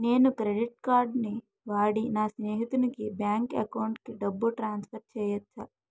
నేను credit card వాడి నా స్నేహితుని బ్యాంక్ అకౌంట్ కి డబ్బును ట్రాన్సఫర్ చేయచ్చా?